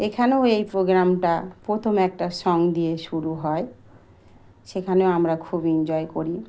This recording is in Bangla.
এখানেও এই প্রোগ্রামটা প্রথম একটা সং দিয়ে শুরু হয় সেখানেও আমরা খুব এনজয় করি